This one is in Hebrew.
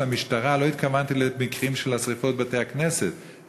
המשטרה לא התכוונתי למקרים של שרפת בתי-כנסת,